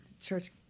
church